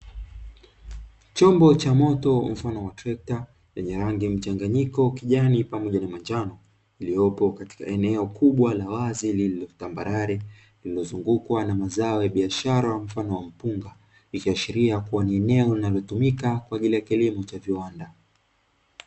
Chombo cha moto mfano wa Trekta ,lenye rangi mchanganyiko ya kijani na njano. Lililopo Katika eneo kubwa la wazi lenye tambarare lililozungukwa na zao la biashara mfano wa mpunga. Kuashiria ni eneo linalotumika kwa ajili kilimo cha viwanda.